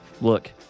look